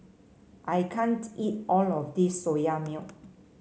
I can't eat all of this Soya Milk